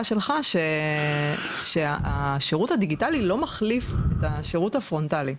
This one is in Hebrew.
שלך שהשירות הדיגיטלי לא מחליף את השירות הפרונטלי.